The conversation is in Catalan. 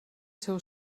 seu